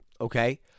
okay